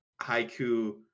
haiku